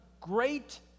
great